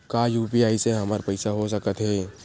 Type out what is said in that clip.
का यू.पी.आई से हमर पईसा हो सकत हे?